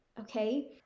Okay